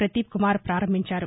ప్రతీప్కుమార్ ప్రారంభించారు